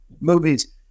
movies